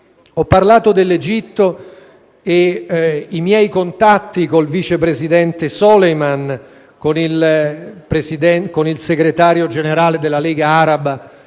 poi parlato dell'Egitto. I miei contatti con il vice presidente Souleiman e con il segretario generale della Lega araba